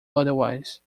otherwise